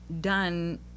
done